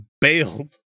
bailed